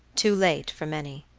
too late for many,